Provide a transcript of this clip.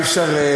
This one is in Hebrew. אי-אפשר,